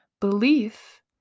belief